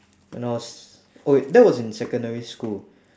when I was oh wait that was in secondary school